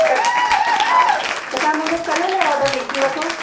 अचु हा त तव्हां मुंहिंजो कल्ह लाइ ऑडर लिखी वठो